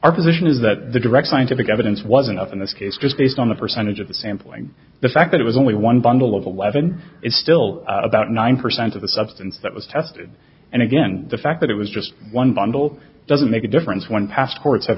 our position is that the direct scientific evidence wasn't up in this case just based on the percentage of the sampling the fact that it was only one bundle of eleven is still about nine percent of the substance that was tested and again the fact that it was just one bundle doesn't make a difference when passports have